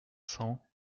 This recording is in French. cent